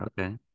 okay